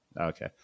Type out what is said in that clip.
Okay